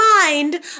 mind